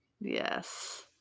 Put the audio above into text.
yes